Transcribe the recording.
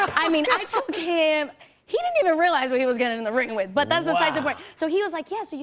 i mean, i took him he didn't even realize what he was getting in the ring with. but that's besides the point. so he was like, yeah. so, you